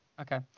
Okay